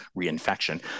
reinfection